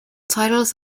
titles